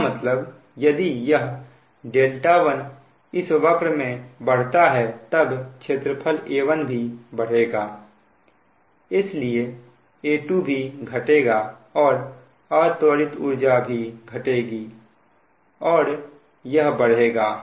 इसका मतलब यदि यह δ1 इस वक्र में बढ़ता है तब क्षेत्रफल A1 भी बढ़ेगा इसलिए A2 भी घटेगा और अत्वरित ऊर्जा भी घटेगी और यह बढ़ेगा